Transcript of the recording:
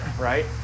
Right